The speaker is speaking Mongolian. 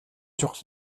чухал